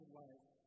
life